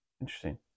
Interesting